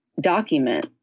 document